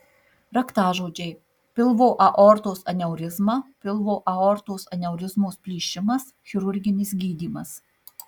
raktažodžiai pilvo aortos aneurizma pilvo aortos aneurizmos plyšimas chirurginis gydymas